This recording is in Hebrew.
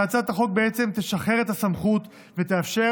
הצעת החוק בעצם תשחרר את הסמכות ותאפשר